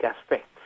aspects